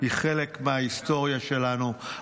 היא חלק מההיסטוריה שלנו,